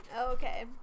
Okay